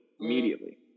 immediately